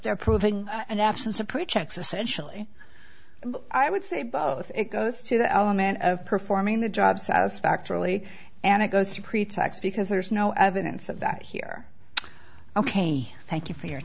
their proving and absence of projects essential i would say both it goes to the element of performing the job satisfactorily and it goes to pretax because there is no evidence of that here ok thank you for your